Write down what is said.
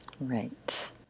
Right